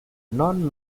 non